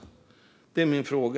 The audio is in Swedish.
Det är min fråga.